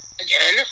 again